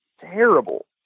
terrible